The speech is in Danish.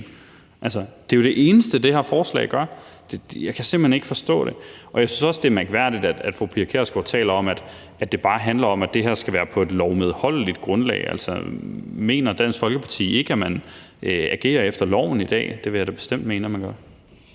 det er jo det eneste, det her forslag gør. Jeg kan simpelt hen ikke forstå det. Og jeg synes også, at det er mærkværdigt, at fru Pia Kjærsgaard taler om, at det bare handler om, at det her skal være på et lovmedholdeligt grundlag. Altså, mener Dansk Folkeparti ikke, at man agerer efter loven i dag? Det vil jeg da bestemt mene at man gør.